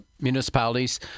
municipalities